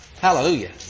Hallelujah